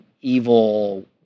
evil